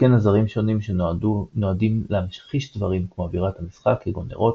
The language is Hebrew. וכן עזרים שונים שנועדים להמחיש דברים כמו אווירת המשחק כגון נרות,